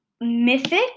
Mythic